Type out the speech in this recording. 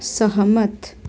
सहमत